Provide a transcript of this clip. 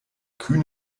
kühn